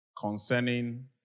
concerning